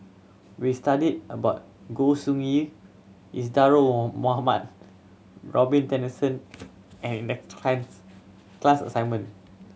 we studied about Goi Seng Isadhora Mohamed Robin Tessensohn class assignment